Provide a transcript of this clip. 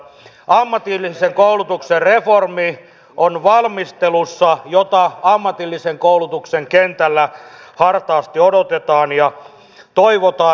ammatillisen koulutuksen reformi on valmistelussa jota ammatillisen koulutuksen kentällä hartaasti odotetaan ja toivotaan